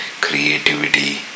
creativity